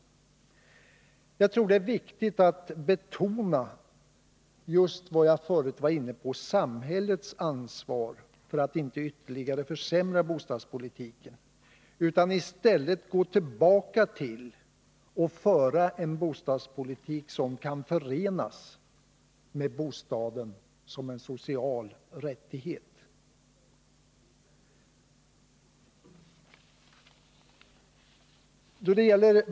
Jag tror det är viktigt att betona just vad jag förut var inne på — samhällets ansvar för att bostadspolitiken inte ytterligare försämras. Vi bör i stället gå tillbaka till att föra en bostadspolitik som kan förenas med bostaden som en social rättighet.